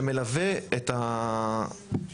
שמלווה את הזוג,